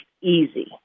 easy